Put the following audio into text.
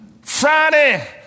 Friday